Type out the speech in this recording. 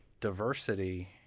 diversity